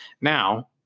Now